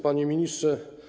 Panie Ministrze!